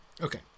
Okay